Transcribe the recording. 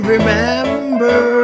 remember